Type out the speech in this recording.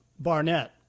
Barnett